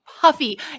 Puffy